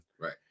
Right